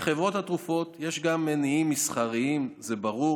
לחברות התרופות יש גם מניעים מסחריים, זה ברור,